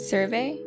Survey